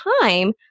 time